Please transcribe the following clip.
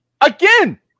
Again